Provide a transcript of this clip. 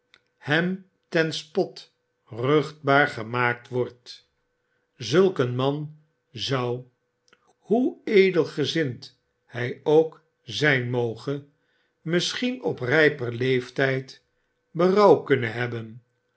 hem ten spot ruchtbaar gemaakt wordt zulk een man zou hoe edelgezind hij ook zijn moge misschien op rijper leertijd berouw kunnen hebben